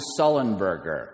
Sullenberger